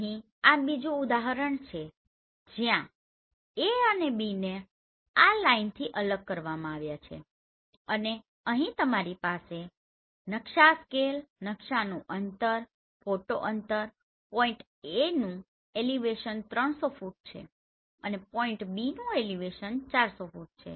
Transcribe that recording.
અહીં આ બીજુ ઉદાહરણ છે જ્યાં A અને Bને આ લાઇનથી અલગ કરવામાં આવે છે અને અહીં તમારી પાસે નકશા સ્કેલ નકશાનું અંતર ફોટો અંતર પોઇન્ટ A નું એલીવેસન 300 ફુટ છે અને પોઈન્ટ Bનુ એલિવેશન ૪૦૦ ફૂટ છે